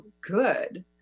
good